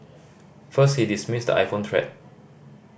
first he dismissed the iPhone threat